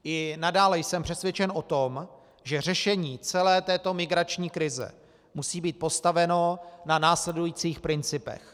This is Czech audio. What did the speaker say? I nadále jsem přesvědčen o tom, že řešení celé této migrační krize musí být postaveno na následujících principech.